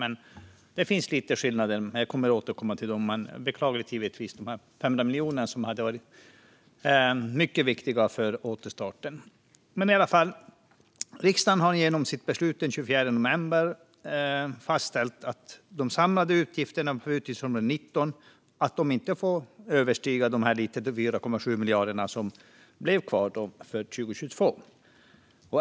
Jag kommer att återkomma till dessa skillnader. Men jag beklagar givetvis de 500 miljoner kronor som hade varit mycket viktiga för återstarten. Riksdagen har genom sitt beslut den 24 november fastställt att de samlade utgifterna för utgiftsområde 19 inte får överstiga drygt 4,7 miljarder kronor för 2022.